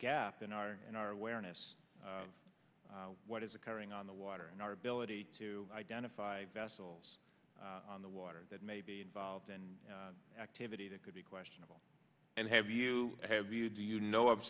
gap in our in our awareness of what is occurring on the water in our ability to identify vessels on the water that may be involved and activity that could be questionable and have you have you do you know of